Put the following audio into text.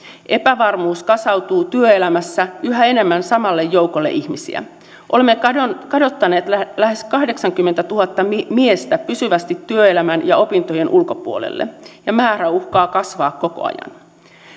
epävarmuus kasautuu työelämässä yhä enemmän samalle joukolle ihmisiä olemme kadottaneet kadottaneet lähes kahdeksankymmentätuhatta miestä pysyvästi työelämän ja opintojen ulkopuolelle ja määrä uhkaa kasvaa koko ajan